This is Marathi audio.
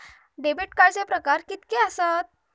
डेबिट कार्डचे प्रकार कीतके आसत?